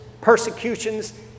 persecutions